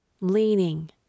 leaning